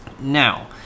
Now